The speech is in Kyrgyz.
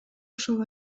ошол